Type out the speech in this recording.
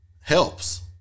helps